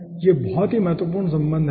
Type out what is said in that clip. तो यह बहुत ही महत्वपूर्ण सम्बन्ध है